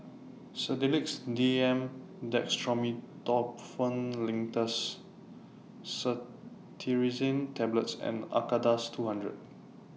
Sedilix D M Dextromethorphan Linctus Cetirizine Tablets and Acardust two hundred